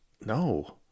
No